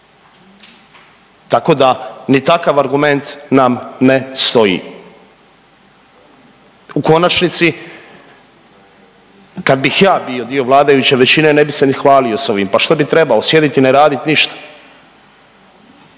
tako da ni takav argument nam ne stoji. U konačnici kad bih ja bio dio vladajuće većine ne bi se ni hvalio s ovim, pa što bi trebao sjedit i ne radit ništa